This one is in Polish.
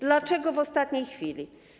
Dlaczego w ostatniej chwili?